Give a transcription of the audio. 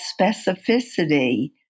specificity